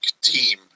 team